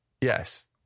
yes